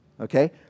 Okay